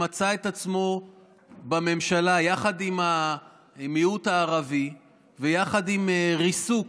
שמצא את עצמו בממשלה יחד עם המיעוט הערבי ויחד עם ריסוק